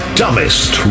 dumbest